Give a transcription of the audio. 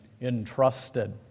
entrusted